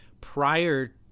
prior